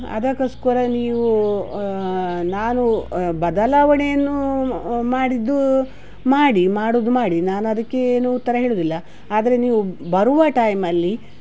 ಅದಕ್ಕೋಸ್ಕರ ನೀವು ನಾನು ಬದಲಾವಣೆಯನ್ನು ಮಾಡಿದ್ದು ಮಾಡಿ ಮಾಡುದು ಮಾಡಿ ನಾನು ಅದಕ್ಕೆ ಏನೂ ಉತ್ತರ ಹೇಳುವುದಿಲ್ಲ ಆದರೆ ನೀವು ಬರುವ ಟೈಮಲ್ಲಿ